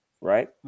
right